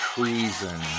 Treason